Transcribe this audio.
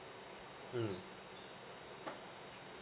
mm